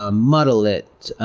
ah muddle it,